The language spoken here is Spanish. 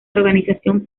organización